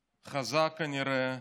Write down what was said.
חזה, כנראה,